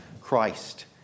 Christ